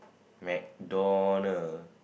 McDonald